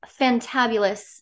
fantabulous